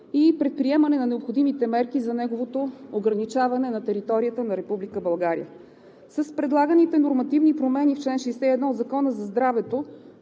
и предприемане на необходимите мерки за неговото ограничаване на територията на Република България. С предлаганите нормативни промени в чл. 61 в Закона за здравето